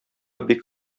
бик